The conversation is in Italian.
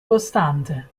costante